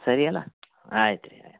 ಸರಿಯಲ್ಲ ಆಯ್ತು ರೀ ಆಯ್ತು